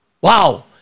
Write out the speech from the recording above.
Wow